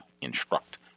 instruct